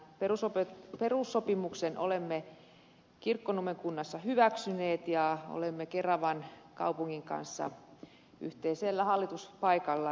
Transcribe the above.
liikennekuntayhtymän perussopimuksen olemme kirkkonummen kunnassa hyväksyneet ja olemme keravan kaupungin kanssa yhteisellä hallituspaikalla